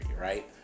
right